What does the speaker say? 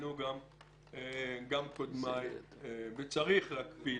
שציינו גם קודמיי, וצריך להקפיד